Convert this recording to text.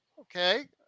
Okay